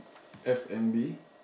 F and B